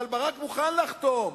אבל ברק מוכן לחתום,